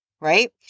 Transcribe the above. Right